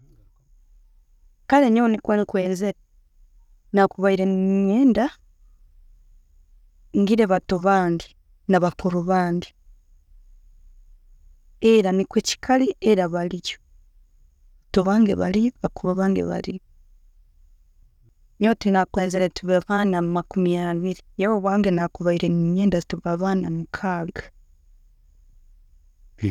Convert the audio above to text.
Kale nyowe nikwo nkwenzere, nakubaire nenyenda ngire abato bange nabakuru bange, era nikwo chikali, era baliyo. Abato bange baliyo, abakuru bange baliyo. Nyowe tindakwenzere tube abana makumi abiiri, abaana bange nakubaire neyenda tube abana mukaaga.